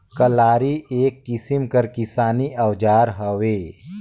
कलारी एक किसिम कर किसानी अउजार हवे